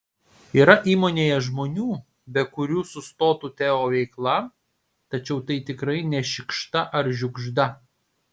yra įmonėje žmonių be kurių sustotų teo veikla tačiau tai tikrai ne šikšta ar žiugžda